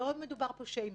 לא מדובר פה על שיימינג.